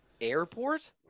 Airport